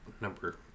number